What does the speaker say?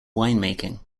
winemaking